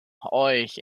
euch